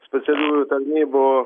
specialiųjų tarnybų